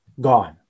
gone